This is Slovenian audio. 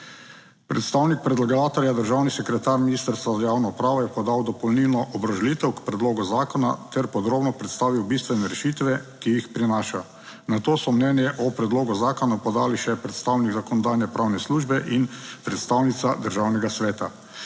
Predstavnik predlagatelja, državni sekretar Ministrstva za javno upravo je podal dopolnilno obrazložitev k predlogu zakona ter podrobno predstavil bistvene rešitve, ki jih prinaša. Nato so mnenje o predlogu zakona podali še predstavnik Zakonodajno-pravne službe in predstavnica Državnega sveta.